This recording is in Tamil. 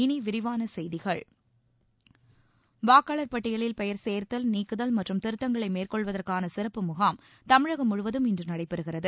இனி விரிவான செய்திகள் வாக்காளர் பட்டியலில் பெயர் சேர்த்தல் நீக்குதல் மற்றும் திருத்தங்களை மேற்கொள்வதற்கான சிறப்பு முகாம் தமிழகம் முழுவதும் இன்று நடைபெறுகிறது